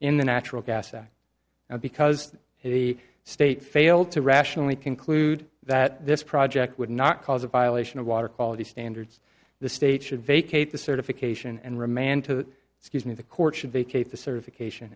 in the natural gas attack because the state failed to rationally conclude that this project would not cause a violation of water quality standards the state should vacate the certification and remand to excuse me the court should vacate the certification